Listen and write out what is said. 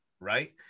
Right